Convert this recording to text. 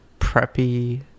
preppy